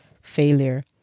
failure